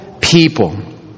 people